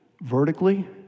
vertically